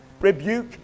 rebuke